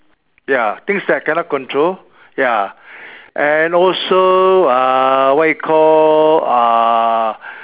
ya things that I cannot control ya and also uh what you call uh